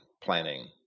planning